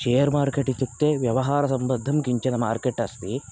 share market इत्युक्ते व्यवहारसम्बद्धं किञ्चित् मार्केट् अस्ति